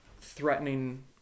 threatening